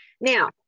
Now